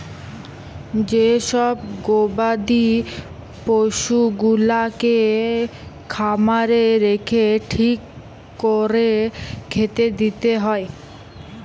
যে সব গবাদি পশুগুলাকে খামারে রেখে ঠিক কোরে খেতে দিতে হয়